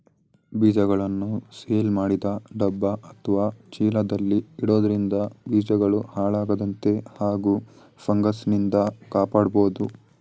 ಬೀಜಗಳನ್ನು ಸೀಲ್ ಮಾಡಿದ ಡಬ್ಬ ಅತ್ವ ಚೀಲದಲ್ಲಿ ಇಡೋದ್ರಿಂದ ಬೀಜಗಳು ಹಾಳಾಗದಂತೆ ಹಾಗೂ ಫಂಗಸ್ನಿಂದ ಕಾಪಾಡ್ಬೋದು